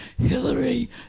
Hillary